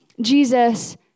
Jesus